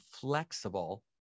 flexible